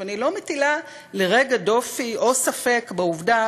אני לא מטילה לרגע דופי או ספק בעובדה